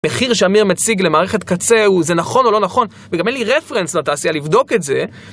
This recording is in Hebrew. מחיר שעמיר מציג למערכת קצה, זה נכון או לא נכון, וגם אין לי רפרנס לתעשייה לבדוק את זה.